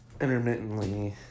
intermittently